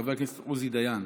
חבר הכנסת עוזי דיין,